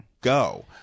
go